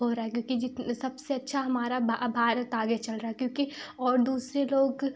हो रहा है क्योंकि जित सबसे अच्छा हमारा भारत आगे चल रहा है क्योंकि और दूसरे लोग